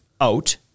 out